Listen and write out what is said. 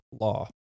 law